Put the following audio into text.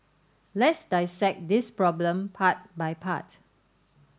let's dissect this problem part by part